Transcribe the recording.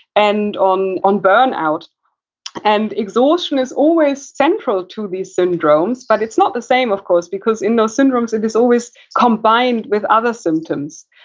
and on on burnout. and exhaustion is always central to these syndromes, but it's not the same of course because in those syndromes it is always combined with other symptoms.